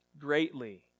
greatly